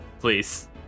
Please